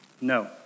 No